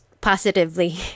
positively